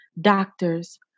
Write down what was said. doctors